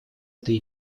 этой